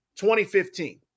2015